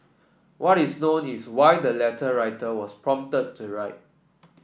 what is known is why the letter writer was prompted to write